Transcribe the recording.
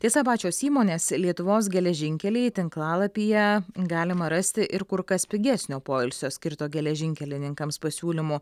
tiesa pačios įmonės lietuvos geležinkeliai tinklalapyje galima rasti ir kur kas pigesnio poilsio skirto geležinkelininkams pasiūlymų